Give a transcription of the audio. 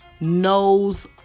knows